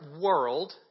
world